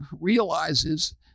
realizes